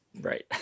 Right